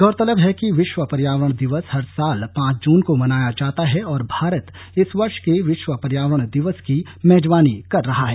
गौरतलब है कि विश्व पर्यावरण दिवस हर साल पांच जून को मनाया जाता है और भारत इस वर्ष के विश्व पर्यावरण दिवस की मेजबानी कर रहा है